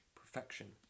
perfection